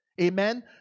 Amen